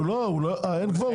אין קוורום.